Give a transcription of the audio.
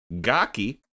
Gaki